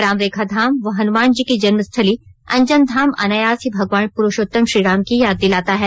रामरेखा धाम व हनुमान जी की जन्म स्थली अंजन धाम अनायास ही भगवान प्रुषोत्तम श्रीराम की याद दिलाता है